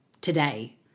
today